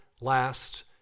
last